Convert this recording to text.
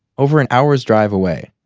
over an hour's drive away.